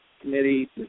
Committee